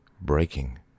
breaking